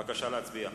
בבקשה להצביע.